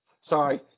Sorry